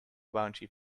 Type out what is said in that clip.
bounty